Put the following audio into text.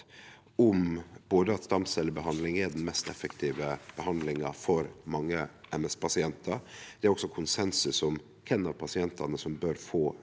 om at stamcellebehandling er den mest effektive behandlinga for mange MS-pasientar. Det er òg konsensus om kven av pasientane som bør få